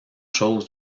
chose